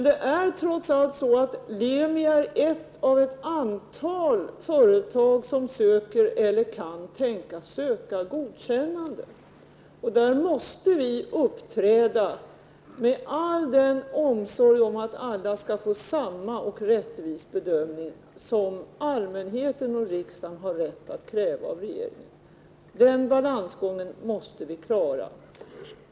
Lemi är emellertid ett företag bland ett antal andra som söker eller kan tänkas söka godkännande. I ett sådant här ärende måste vi uppträda med all omsorg så att alla skall få en enhetlig och rättvis bedömning. Det har allmänheten och riksdagen rätt att kräva av regeringen. Den balansgången måste vi klara.